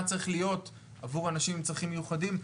צריך להיות עבור אנשים עם צרכים מיוחדים,